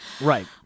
right